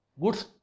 good